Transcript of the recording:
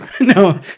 No